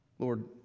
Lord